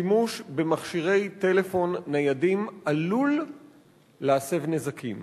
שימוש במכשירי טלפון ניידים עלול להסב נזקים.